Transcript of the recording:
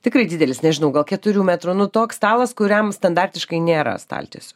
tikrai didelis nežinau gal keturių metrų nu toks stalas kuriam standartiškai nėra staltiesių